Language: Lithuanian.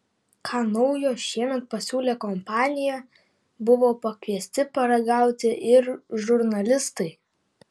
ką naujo šiemet pasiūlė kompanija buvo pakviesti paragauti ir žurnalistai